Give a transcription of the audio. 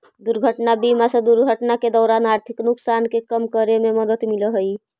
दुर्घटना बीमा से दुर्घटना के दौरान आर्थिक नुकसान के कम करे में मदद मिलऽ हई